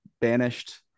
banished